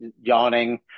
yawning